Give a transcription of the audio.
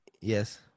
Yes